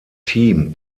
team